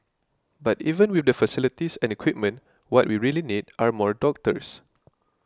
but even with the facilities and equipment what we really need are more doctors